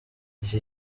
iki